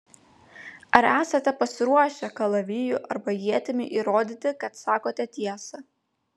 ar esate pasiruošę kalaviju arba ietimi įrodyti kad sakote tiesą